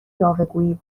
یاوهگویی